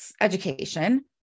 education